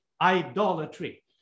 idolatry